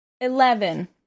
Eleven